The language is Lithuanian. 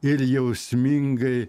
ir jausmingai